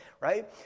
right